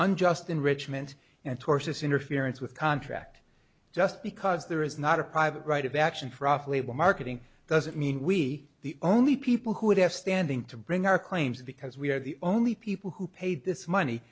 unjust enrichment and torsos interference with contract just because there is not a private right of action for off label marketing doesn't mean we the only people who have standing to bring our claims because we are the only people who paid this money